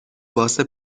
واسه